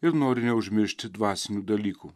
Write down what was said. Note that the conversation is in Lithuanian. ir nori neužmiršti dvasinių dalykų